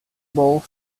bowl